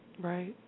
Right